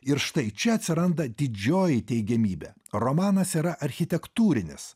ir štai čia atsiranda didžioji teigiamybė romanas yra architektūrinis